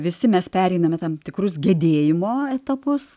visi mes pereiname tam tikrus gedėjimo etapus